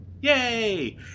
Yay